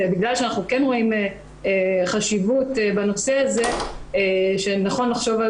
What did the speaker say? בגלל שאנחנו כן רואים חשיבות בנושא הזה שנכון לחשוב על